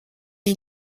est